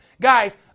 Guys